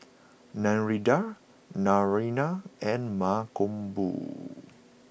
Narendra Naraina and Mankombu